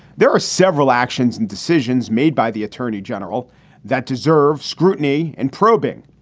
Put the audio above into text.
there are several actions and decisions made by the attorney general that deserve scrutiny and probing.